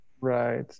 right